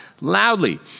loudly